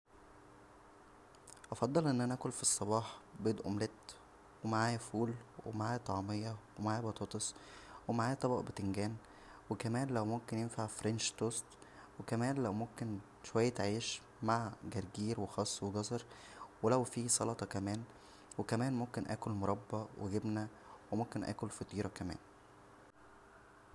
افضل ان انا اكل فالصباح بيض اومليت و معاه فول ومعاه طعميه ومعاه بطاطس و معاه طبق بتنجان وكمان لو ممكن ينفع فرينش توست وكمان لو ممكن شويه عيش مع جرجير وخس وجزر و لو فيه سلطه كمان وكمان ممكن اكل مربى وجبنه وممكن اكل فطيره كمان